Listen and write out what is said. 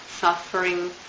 suffering